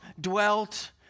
dwelt